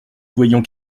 voyions